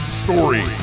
story